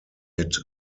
mit